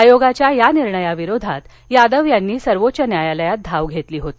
आयोगाच्या या निर्णयाविरोधात यादव यांनी सर्वोच्च न्यायालयात धाव घेतली होती